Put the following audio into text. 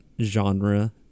genre